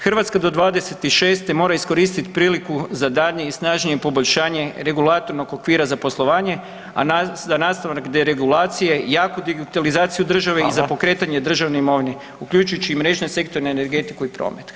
Hrvatska do '26.-te mora iskoristit priliku za daljnje i snažnije poboljšanje regulatornog okvira za poslovanje, a za nastavak deregulacije jaku digitalizaciju države i za pokretanje [[Upadica: Hvala.]] državne imovine uključujući i mrežne sektore, energetiku i promet.